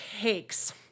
cakes